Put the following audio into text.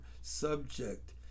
subject